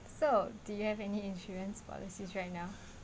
so do you have any insurance policies right now